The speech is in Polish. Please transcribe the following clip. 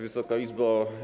Wysoka Izbo!